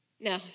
No